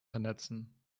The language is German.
vernetzen